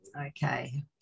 Okay